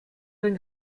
denn